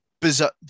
bizarre